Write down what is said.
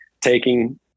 taking